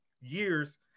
years